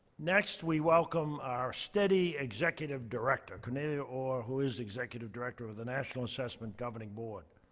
next, we welcome our steady executive director, cornelia orr, who is executive director of the national assessment governing board.